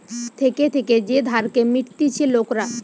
থেকে থেকে যে ধারকে মিটতিছে লোকরা